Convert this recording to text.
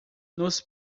nos